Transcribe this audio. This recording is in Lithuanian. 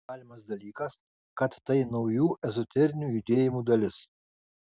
galimas dalykas kad tai naujų ezoterinių judėjimų dalis